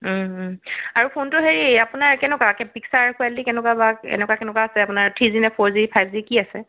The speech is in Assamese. আৰু ফোনটো হেৰি আপোনাৰ কেনেকুৱা পিকচাৰ কুৱালিটি কেনেকুৱা বা কেনেকুৱা কেনেকুৱা আছে থ্ৰি জি নে ফ'ৰ জি ফাইভ জি কি আছে